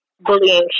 bullying